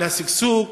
על השגשוג,